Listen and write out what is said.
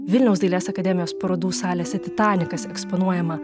vilniaus dailės akademijos parodų salėse titanikas eksponuojama